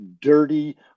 dirty